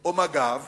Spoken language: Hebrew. או מג"ב